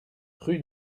rue